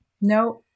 No